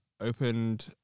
opened